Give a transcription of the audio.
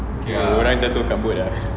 orang jatuh kat boat ah